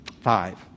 five